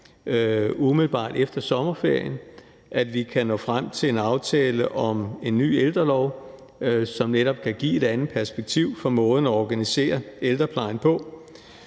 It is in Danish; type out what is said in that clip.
umiddelbart efter sommerferien; at vi kan nå frem til en aftale om en ny ældrelov, som netop kan give et andet perspektiv for måden at organisere ældreplejen på;